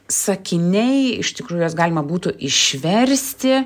sakiniai iš tikrųjų juos galima būtų išversti